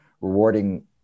rewarding